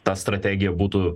ta strategija būtų